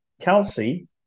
Kelsey